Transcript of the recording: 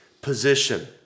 position